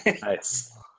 Nice